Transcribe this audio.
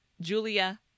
Julia